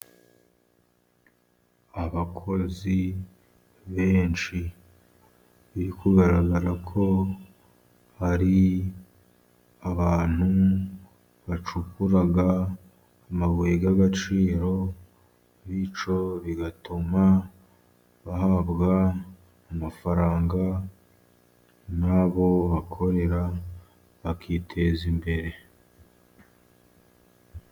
Abakozi benshi biri kugaragara ko hari abantu bacukura amabuye y'agaciro , bityo bigatuma bahabwa amafaranga , n'abo bakorera bakiteza imbere.